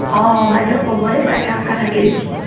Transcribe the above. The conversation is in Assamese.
অঁ বাইদেউ ক'ব দেই তাকে আশা থাকিল